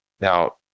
Now